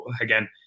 again